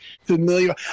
familiar